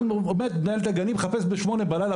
עומדת מנהלת הגנים ומחפשת ב-8:00 בלילה